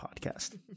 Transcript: podcast